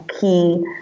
key